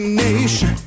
nation